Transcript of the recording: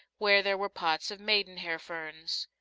where there were pots of maidenhair ferns.